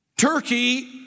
Turkey